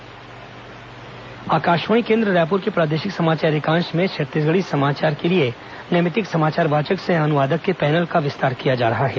Akashvani Chhattisgarhi panel Akashvani केन्द्र रायपुर के प्रादेशिक समाचार एकांश में छत्तीसगढ़ी समाचार के लिए नैमित्तिक समाचार वाचक सह अनुवादक के पैनल का विस्तार किया जा रहा है